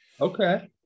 okay